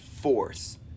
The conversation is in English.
force